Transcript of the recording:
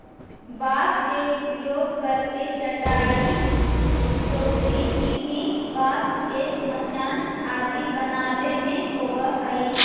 बाँस के उपयोग करके चटाई, टोकरी, सीढ़ी, बाँस के मचान आदि बनावे में होवऽ हइ